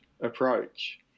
approach